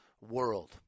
world